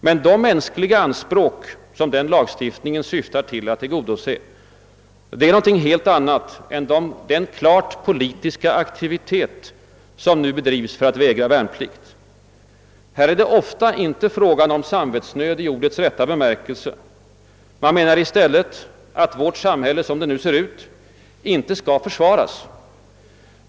Men de mänskliga anspråk som denna lagstiftning syftar till att tillgodose är någonting helt annat än den klart politiska aktivitet som nu bedrivs för att vägra värnplikt. Här är det ofta inte fråga om samvetsnöd i ordets rätta bemärkelse. Man menar i stället att vårt samhälle som det nu ser ut inte skall försvaras.